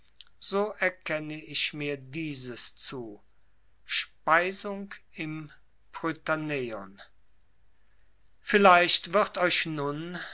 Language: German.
so erkenne ich mir dieses zu speisung im prytaneion vielleicht wird euch nun